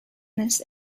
this